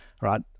right